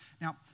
Now